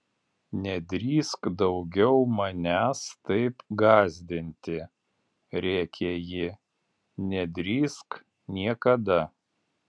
nedrįsk daugiau manęs taip gąsdinti rėkė ji nedrįsk niekada